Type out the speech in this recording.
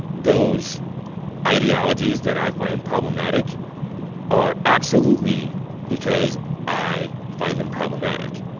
those ideologies that i find problematic are absolutely because i find them problematic.